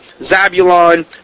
Zabulon